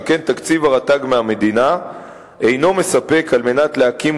שכן תקציב הרט"ג מהמדינה אינו מספק על מנת להקים